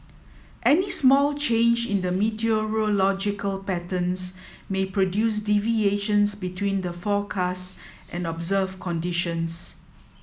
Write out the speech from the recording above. any small change in the meteorological patterns may produce deviations between the forecast and observed conditions